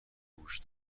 گوش